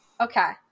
Okay